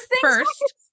First